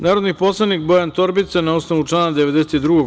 Narodni poslanik Bojan Torbica na osnovu člana 92.